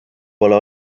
pole